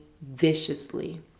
viciously